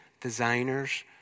designers